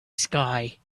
sky